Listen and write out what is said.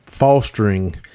fostering